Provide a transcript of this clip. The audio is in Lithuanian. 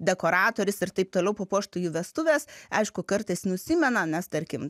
dekoratorius ir taip toliau papuoštų jų vestuves aišku kartais nusimena nes tarkim